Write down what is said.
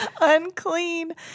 Unclean